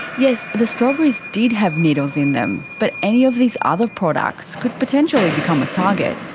yes, the strawberries did have needles in them, but any of these other products could potentially become a target.